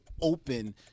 open